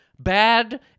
bad